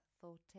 thought